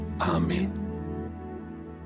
amen